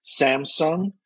Samsung